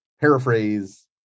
paraphrase